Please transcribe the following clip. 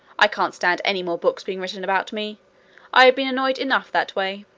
i can't stand any more books being written about me i've been annoyed enough that way.